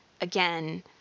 Again